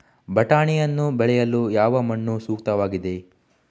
ಬಟಾಣಿಯನ್ನು ಬೆಳೆಯಲು ಯಾವ ಮಣ್ಣು ಸೂಕ್ತವಾಗಿದೆ?